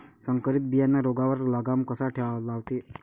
संकरीत बियानं रोगावर लगाम कसा लावते?